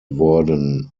worden